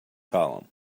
column